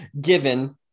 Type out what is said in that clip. given